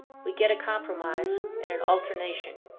we get a compromise and an alternation.